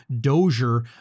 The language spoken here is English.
Dozier